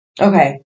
Okay